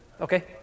Okay